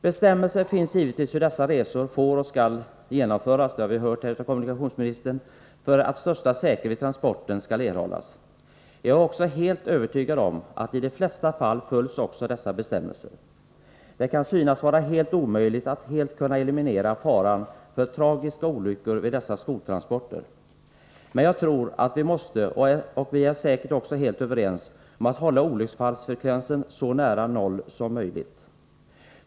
Bestämmelser finns självfallet om hur dessa resor får och skall genomföras — det har vi hört här av kommunikationsministern — för att största säkerhet vid transporten skall erhållas. Jag är också helt övertygad om att dessa bestämmelser i de flesta fall också följs. Det kan synas vara omöjligt att helt eliminera faran för tragiska olyckor vid dessa skoltransporter, men jag anser att vi måste försöka hålla olycksfallsfrekvensen så nära noll som möjligt — och vi är säkert också helt överens om det.